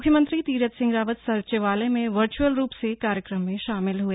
मुख्यमंत्री तीरथ सिंह रावत सचिवालय में वर्चुअल रूप से कार्यक्रम में शामिल हुए